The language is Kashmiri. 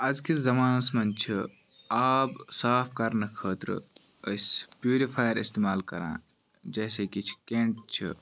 ازۍکِس زَمانَس مَنٛز چھِ آب صاف کَرنہ خٲطرٕ أسۍ پیوٗرِفایَر اِستِعمال کَران جیسے کہ چھِ کنٹ چھِ